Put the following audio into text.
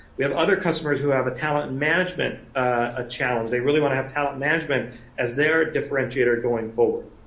we have other customers who have a talent and management ah challenge. they really want to have talent management as their differentiator going forward.